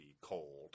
cold